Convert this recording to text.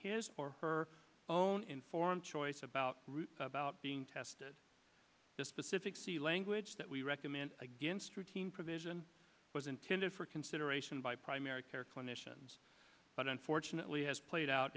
his or her own informed choice about route about being tested this specific c language that we recommend against routine provision was intended for consideration by primary care clinicians but unfortunately has played out